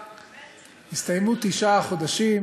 הסתיימו תשעת החודשים.